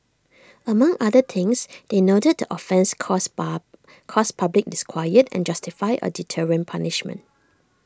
among other things they noted the offence caused pub caused public disquiet and justified A deterrent punishment